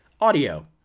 Audio